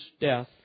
death